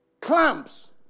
clamps